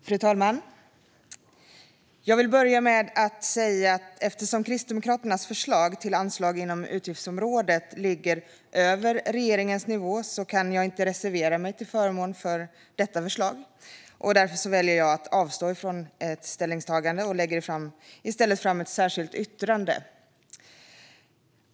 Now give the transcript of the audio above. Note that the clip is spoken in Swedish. Fru talman! Jag vill börja med att säga att jag, eftersom Kristdemokraternas förslag till anslag inom utgiftsområdet ligger över regeringens nivå, inte kan reservera mig till förmån för förslaget. Därför väljer jag att avstå från ställningstagande och lägger i stället fram ett särskilt yttrande.